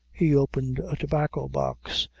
he opened a tobacco-box,